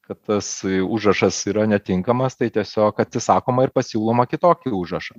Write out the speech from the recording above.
kad tas užrašas yra netinkamas tai tiesiog atsisakoma ir pasiūloma kitokį užrašą